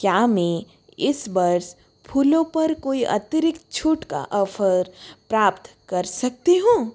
क्या मैं इस वर्ष फूलों पर कोई अतिरिक्त छूट का ऑफ़र प्राप्त कर सकती हूँ